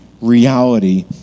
reality